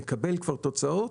נקבל כבר תוצאות,